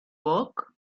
work